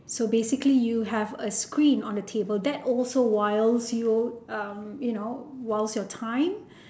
so basically you have a screen on the table that also whiles you um you know whiles your time